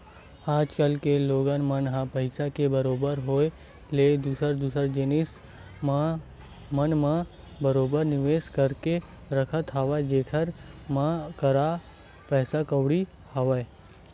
आज कल लोगन मन ह पइसा के बरोबर होय ले दूसर दूसर जिनिस मन म बरोबर निवेस करके रखत हवय जेखर मन करा पइसा कउड़ी हवय